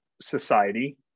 society